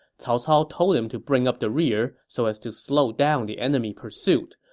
cao cao told him to bring up the rear so as to slow down the enemy pursuit.